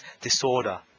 disorder